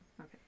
Okay